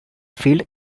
field